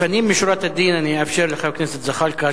לפנים משורת הדין אני אאפשר לחבר הכנסת זחאלקה,